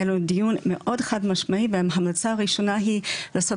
היה לנו דיון מאוד חד משמעי וההמלצה הראשונה היא לעשות